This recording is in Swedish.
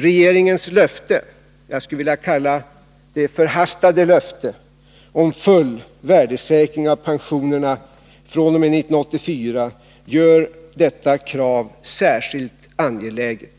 Regeringens löfte — jag skulle vilja kalla det för dess förhastade löfte — om full värdesäkring av pensionerna fr.o.m. 1984 gör detta krav särskilt angeläget.